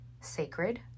sacred